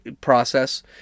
process